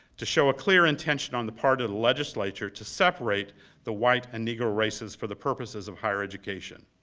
to show a clear intention on the part of the legislature to separate the white and negro races for the purposes of higher education.